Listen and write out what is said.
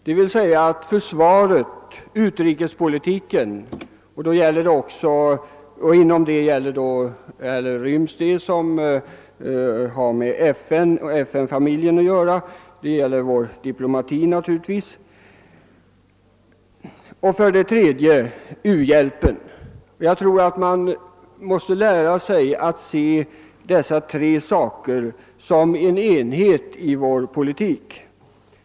Det bör omfatta 1. försvaret och 2. utrikespolitiken — inom denna bör då inrymmas de frågor som har med FN och diplomatin att göra — och 3. u-hjälpen. Jag tror att man måste lära sig att se dessa saker som en enhet i vår politik.